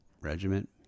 regiment